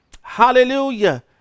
Hallelujah